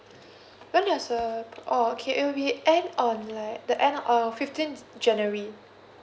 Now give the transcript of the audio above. when was the oh okay it will be end on like the end of the fifteenth january